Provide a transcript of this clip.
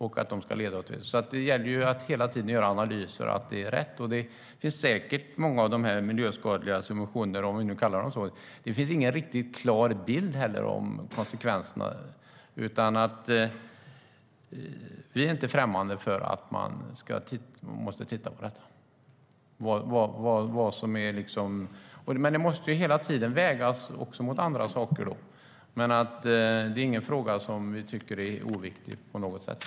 Men det gäller att hela tiden göra analyser för att se till att de används rätt. Det finns säkert många miljöskadliga subventioner, om vi nu ska kalla dem så, där det inte finns någon riktigt klar bild av konsekvenserna. Vi är inte främmande för att titta på detta, men det måste hela tiden vägas mot andra saker. Det är ingen fråga som vi tycker är oviktig på något sätt.